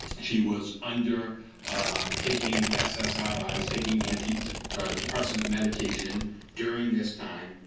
she was under taking ssri, taking antidepressant antidepressant medication during this time.